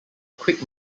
quick